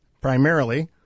primarily